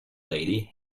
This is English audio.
lady